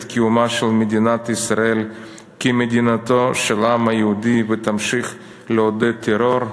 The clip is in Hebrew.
קיומה של מדינת ישראל כמדינתו של העם היהודי ותמשיך לעודד טרור,